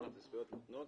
מותנות.